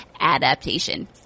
adaptation